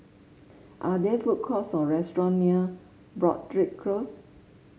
are there food courts or restaurant near Broadrick Close